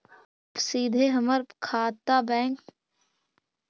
आप सीधे हमर बैंक खाता से पैसवा काटवहु का?